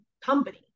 company